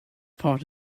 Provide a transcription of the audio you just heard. part